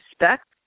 respect